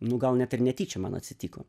nu gal net ir netyčia man atsitiko